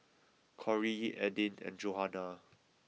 Corry Aydin and Johanna